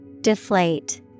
Deflate